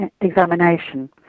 examination